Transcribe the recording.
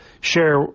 share